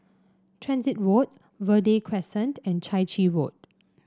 Transit Road Verde Crescent and Chai Chee Road